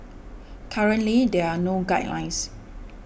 currently there are no guidelines